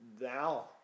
now